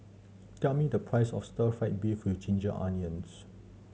tell me the price of Stir Fry beef with ginger onions